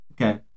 Okay